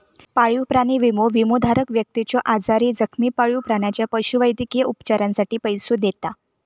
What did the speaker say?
पाळीव प्राणी विमो, विमोधारक व्यक्तीच्यो आजारी, जखमी पाळीव प्राण्याच्या पशुवैद्यकीय उपचारांसाठी पैसो देता